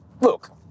look